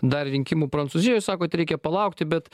dar rinkimų prancūzijoj sakot reikia palaukti bet